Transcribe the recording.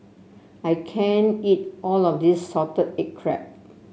I can't eat all of this Salted Egg Crab